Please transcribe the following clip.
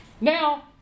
Now